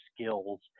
skills